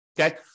Okay